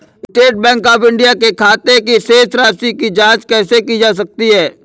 State Bank of India के खाते की शेष राशि की जॉंच कैसे की जा सकती है?